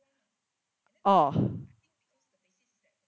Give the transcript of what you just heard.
oh